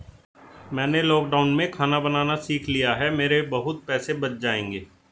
मैंने लॉकडाउन में खाना बनाना सीख लिया है, मेरे बहुत पैसे बच जाएंगे